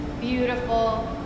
Beautiful